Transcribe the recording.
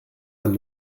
man